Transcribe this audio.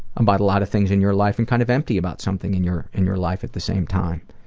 about a lot of things in your life and kind of empty about something in your in your life at the same time.